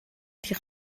die